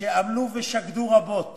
שעמלו ושקדו רבות